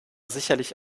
sicherlich